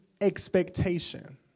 expectation